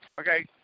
Okay